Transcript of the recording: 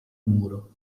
muro